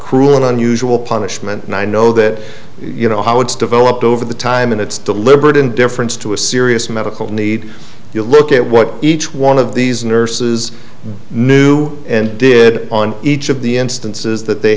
cruel and unusual punishment and i know that you know how it's developed over the time and it's deliberate indifference to a serious medical need if you look at what each one of these nurses knew and did on each of the instances that they